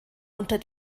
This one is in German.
unter